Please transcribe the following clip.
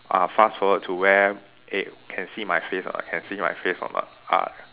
ah fast forward to where eh can see my face or not can see my face or not ah